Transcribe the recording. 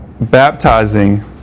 baptizing